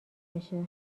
بشه